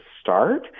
start